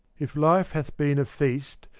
if life hath been a feast,